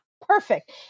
Perfect